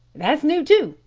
that's new too,